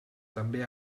també